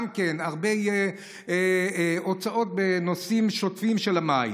הרבה הוצאות בנושאים שוטפים של המים.